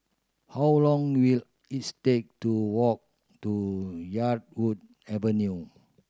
how long will is take to walk to Yarwood Avenue